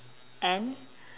and